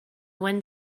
one